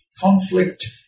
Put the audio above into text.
conflict